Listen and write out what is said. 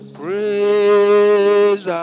praise